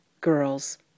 girls